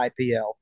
IPL